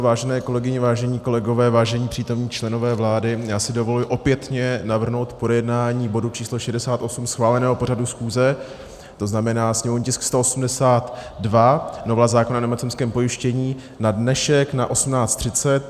Vážené kolegyně, vážení kolegové, vážení přítomní členové vlády, já si dovoluji opětně navrhnout projednání bodu č. 68 schváleného pořadu schůze, to znamená sněmovní tisk 182, novela zákona o nemocenském pojištění, na dnešek na 18.30.